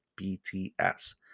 BTS